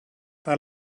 par